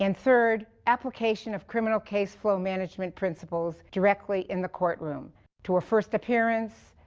and third, application of criminal caseflow management principles directly in the courtroom to a first appearance,